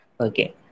Okay